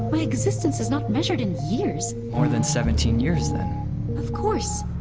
my existence is not measured in years more than seventeen years, then of course